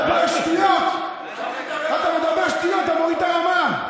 אתה מדבר שטויות ומוריד את הרמה.